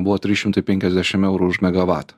buvo trys šimtai penkiasdešim eurų už megavatą